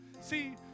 See